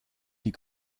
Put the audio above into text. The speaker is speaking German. die